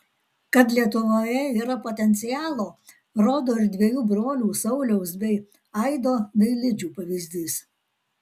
kad lietuvoje yra potencialo rodo ir dviejų brolių sauliaus bei aido dailidžių pavyzdys